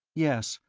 yes.